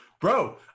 Bro